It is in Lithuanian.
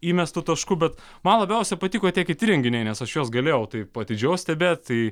įmestu tašku bet man labiausiai patiko tie kiti renginiai nes aš jos galėjau taip atidžiau stebėt tai